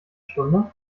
stunde